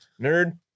Nerd